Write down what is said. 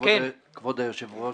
כבוד היושב-ראש